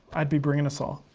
i'd be bringing a saw.